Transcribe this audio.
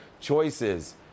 choices